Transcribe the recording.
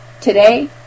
today